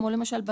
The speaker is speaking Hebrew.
כמו למשל,